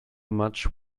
much